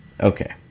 Okay